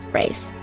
race